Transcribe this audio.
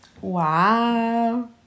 wow